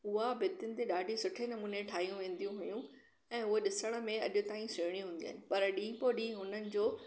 उहा भितियुनि ते ॾाढे सुठे नमूने ठाहियूं वेंदी हुयूं ऐं हुअ ॾिसण में अॼु ताईं सुहिणी हूंदी आहिनि पर ॾिंहुं पोइ ॾिंहुं हुननि जो